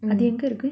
mm